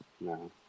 No